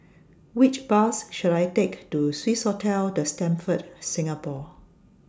Which Bus should I Take to Swissotel The Stamford Singapore